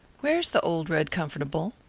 where's the old red comfortable?